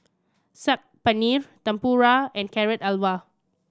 Saag Paneer Tempura and Carrot Halwa